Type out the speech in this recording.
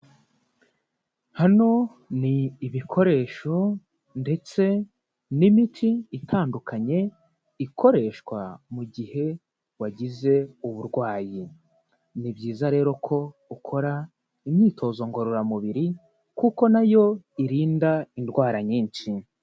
Hano ni ibikoresho ndetse n'imiti itandukanye ikoreshwa mu gihe wagize uburwayi. Ni byiza rero ko ukora imyitozo ngororamubiri kuko nayo irinda indwara nyinshi.